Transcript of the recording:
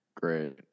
great